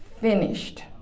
finished